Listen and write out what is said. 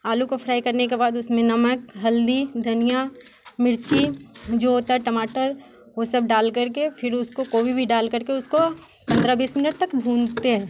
आलू को फ्राई करने के बाद उसमें नमक हल्दी धनिया मिर्ची जो होता है टमाटर वो सब डालकर के फिर उसको कोबी भी डालकर के उसको पंद्रह बीस मिनट तक भूँजते हैं